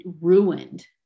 ruined